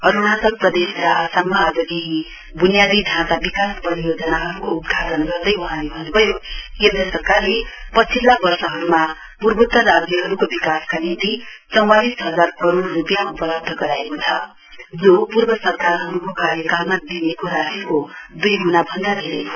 अरुणाचल प्रदेश र आसाममा आज केही बुनियादी ढाँचा विकास परियोजनाहरुको उद्घाटन गर्दै वहाँले भन्नुभयो केन्द्र सरकारले पछिल्ला वर्षहरुमा पूर्वोतर राज्यहरुको विकासका निम्ति चौवालिंस हजार करोइ रुपियाँ उपलब्ध गराएको छ जो पूर्व सरकारहरुको कार्यकालमा दिइएको राशि दुई मुणा भन्दा धेरै हो